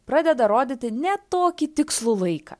pradeda rodyti ne tokį tikslų laiką